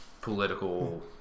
political